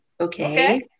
Okay